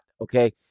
okay